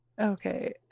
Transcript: Okay